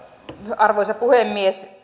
arvoisa puhemies